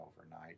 overnight